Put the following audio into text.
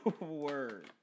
Word